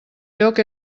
lloc